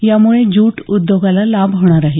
यामुळे ज्यूट उद्योगाला लाभ होणार आहे